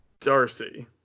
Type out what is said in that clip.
Darcy